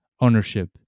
ownership